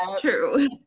true